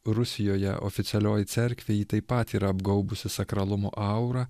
rusijoje oficialioji cerkvė jį taip pat yra apgaubusi sakralumo aura